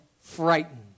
frightened